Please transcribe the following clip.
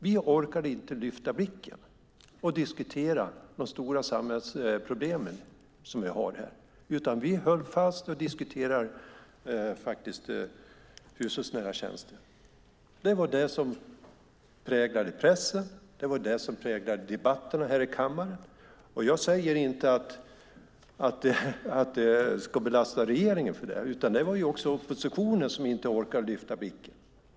Vi orkade inte lyfta blicken och diskutera de stora samhällsproblemen, utan vi höll fast vid en diskussion om hushållsnära tjänster. Det var det som präglade pressen, och det var det som präglade debatterna i kammaren. Jag säger inte att vi ska lasta regeringen för det. Inte heller oppositionen orkade lyfta blicken.